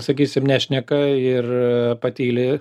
sakysim nešneka ir patyli